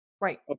Right